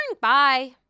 Bye